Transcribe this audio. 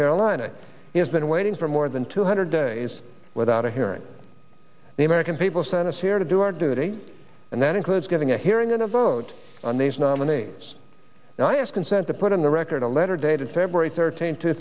carolina has been waiting for more than two hundred days without a hearing the american people sent us here to do our duty and that includes getting a hearing and a vote on these nominees and i ask consent to put in the record a letter dated february thirteenth two